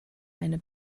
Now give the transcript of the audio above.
eine